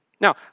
Now